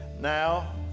Now